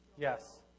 Yes